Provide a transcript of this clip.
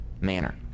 manner